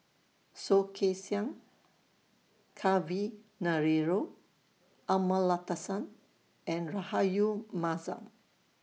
Soh Kay Siang Kavignareru Amallathasan and Rahayu Mahzam